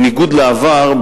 בניגוד לעבר,